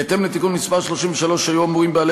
בהתאם לתיקון מס' 33 היו אמורים בעלי